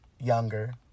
younger